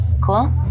Cool